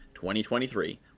2023